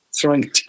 throwing